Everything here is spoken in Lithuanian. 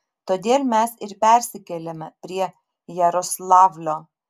todėl mes ir persikėlėme prie jaroslavlio